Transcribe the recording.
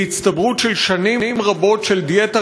והיא הצטברות של שנים רבות של דיאטה